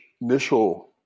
initial